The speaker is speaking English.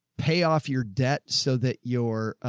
pay off your debt so that your, ah,